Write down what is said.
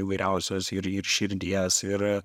įvairiausios ir ir širdies ir